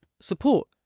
support